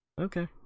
Okay